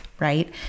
right